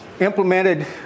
implemented